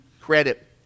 credit